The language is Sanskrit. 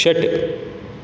षट्